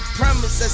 promise